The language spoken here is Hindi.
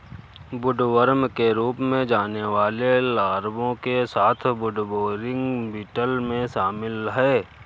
वुडवर्म के रूप में जाने वाले लार्वा के साथ वुडबोरिंग बीटल में शामिल हैं